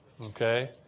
Okay